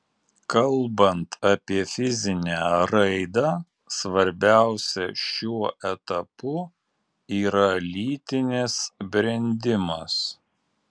kalbant apie fizinę raidą svarbiausia šiuo etapu yra lytinis brendimas